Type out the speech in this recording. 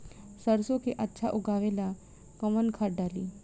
सरसो के अच्छा उगावेला कवन खाद्य डाली?